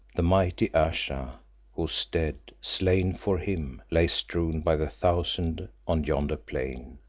the mighty ayesha whose dead, slain for him, lay strewn by the thousand on yonder plain,